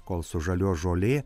kol sužaliuos žolė